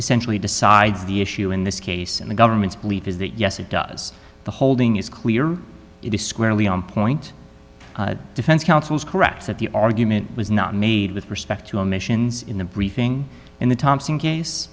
essentially decides the issue in this case and the government's belief is that yes it does the holding is clear it is squarely on point defense counsel is correct that the argument was not made with respect to omissions in the briefing in the thompson case